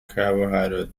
carbohydrate